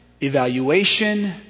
evaluation